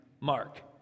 Mark